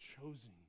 chosen